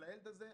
על הילד הזה,